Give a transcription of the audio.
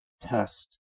test